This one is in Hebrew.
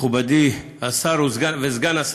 מכובדיי השר וסגן השר,